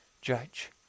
judge